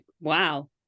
wow